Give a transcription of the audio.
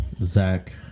Zach